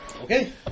Okay